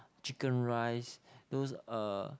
chicken rice those uh